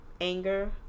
anger